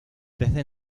desde